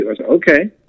okay